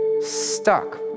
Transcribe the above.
stuck